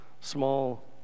small